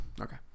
Okay